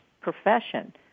profession